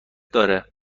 داره